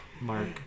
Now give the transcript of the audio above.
Mark